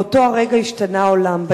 באותו הרגע השתנה העולם.